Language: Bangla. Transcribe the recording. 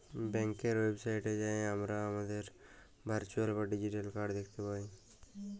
ব্যাংকের ওয়েবসাইটে যাঁয়ে আমরা আমাদের ভারচুয়াল বা ডিজিটাল কাড় দ্যাখতে পায়